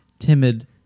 timid